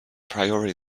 priori